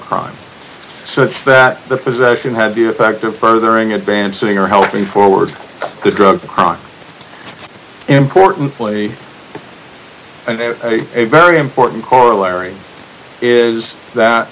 crime such that the possession had the effect of furthering advancing or helping forward the drug crime importantly and a very important corollary is that